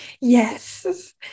Yes